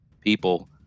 people